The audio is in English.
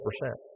percent